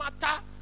matter